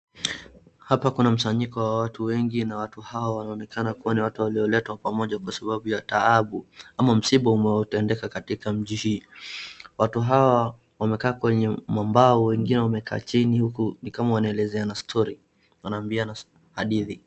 Hapa kuna msanyiko wa watu wengi na watu hawa wanaoneka kuwa ni watu walioletwa pamoja kwa sababu ya taabu ama msiba umootendeka katika mji hii. Watu hawa wamekaa kwenye mambao wengine wamekaa chini huku ni kama wanaelezeana story wanaambiana hadithi.